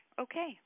okay